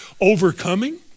overcoming